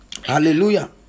Hallelujah